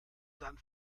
sein